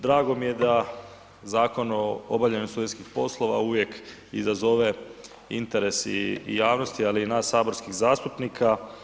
Drago mi je da Zakon o obavljanju studentskih poslova izazove interes i javnosti, ali i nas saborskih zastupnika.